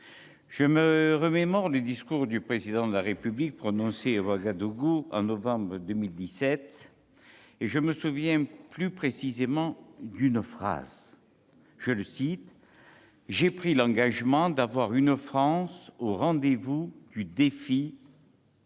Je me remémore le discours du Président de la République prononcé à Ouagadougou en novembre 2017. Je me souviens plus précisément d'une phrase :« J'ai pris l'engagement d'avoir une France au rendez-vous du défi de